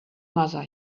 mother